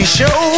show